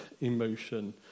emotion